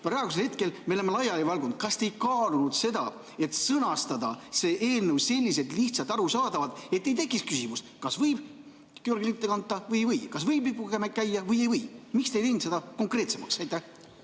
Praegusel hetkel me oleme laiali valgunud. Kas te ei kaalunud seda, et sõnastada see eelnõu selliselt lihtsalt ja arusaadavalt, et ei tekiks küsimust, kas võib Georgi linte kanda või ei või, kas võib lipuga käia või ei või? Miks te ei teinud seda konkreetsemaks?